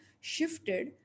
shifted